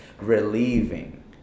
relieving